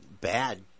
bad